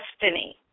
Destiny